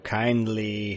kindly